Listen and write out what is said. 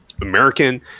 American